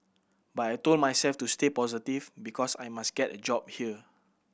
but I told myself to stay positive because I must get a job here